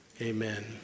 Amen